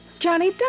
Johnny